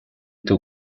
two